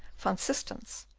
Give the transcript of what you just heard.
van systens,